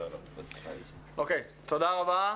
תודה רבה.